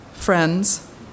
Friends